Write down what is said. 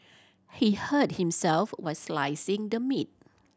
he hurt himself while slicing the meat